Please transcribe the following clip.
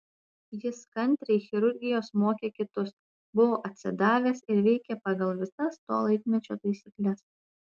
jis kantriai chirurgijos mokė kitus buvo atsidavęs ir veikė pagal visas to laikmečio taisykles